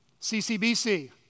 CCBC